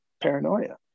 paranoia